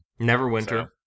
Neverwinter